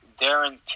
Darren